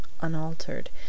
unaltered